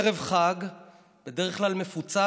בערב חג בדרך כלל מפוצץ.